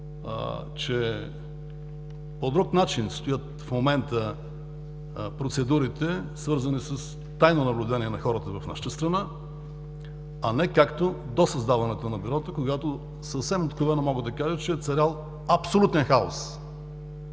че по друг начин стоят в момента процедурите, свързани с тайно наблюдение на хората в нашата страна, а не както до създаването на Бюрото, когато съвсем откровено мога да кажа, че е царял абсолютен хаос,